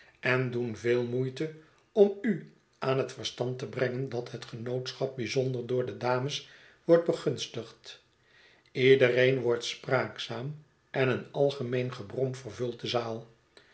en doen veel moeite om u aan het verstand te brengen dat het genootschap bijzonder door de dames wordt begunstigd iedereen wordt spraakzaam en een algemeen gebrom vervult de zaal